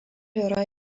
yra